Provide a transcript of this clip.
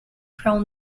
from